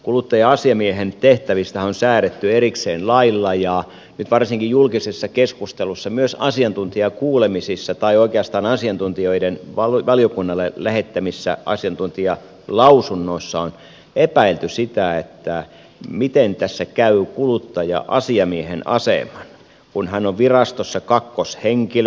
kuluttaja asiamiehen tehtävistähän on säädetty erikseen lailla ja nyt varsinkin julkisessa keskustelussa myös asiantuntijakuulemisissa tai oikeastaan asiantuntijoiden valiokunnalle lähettämissä asiantuntijalausunnoissa on epäilty sitä miten tässä käy kuluttaja asiamiehen aseman kun hän on virastossa kakkoshenkilö